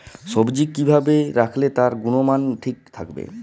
সবজি কি ভাবে রাখলে তার গুনগতমান ঠিক থাকবে?